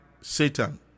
Satan